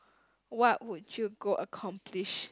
what would you go accomplish